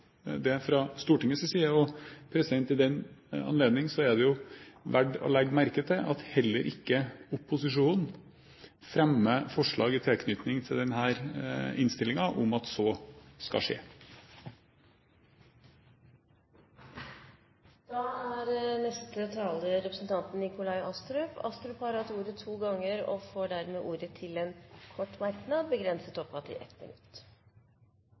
det fra Stortingets side. I den anledning er det jo verdt å legge merke til at heller ikke opposisjonen fremmer forslag i tilknytning til denne innstillingen om at så skal skje. Nikolai Astrup har hatt ordet to ganger og får ordet til en kort merknad, begrenset til 1 minutt.